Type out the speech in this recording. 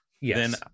Yes